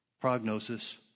prognosis